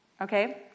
okay